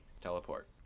teleport